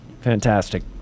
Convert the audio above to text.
Fantastic